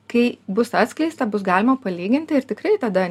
kai bus atskleista bus galima palyginti ir tikrai tada